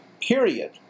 period